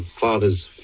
father's